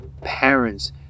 parents